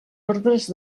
ordres